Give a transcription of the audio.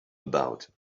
about